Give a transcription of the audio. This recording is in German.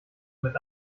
mit